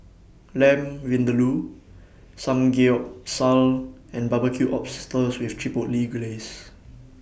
Lamb Vindaloo Samgeyopsal and Barbecued Oysters with Chipotle Glaze